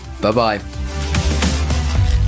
Bye-bye